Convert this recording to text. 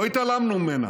לא התעלמנו ממנה,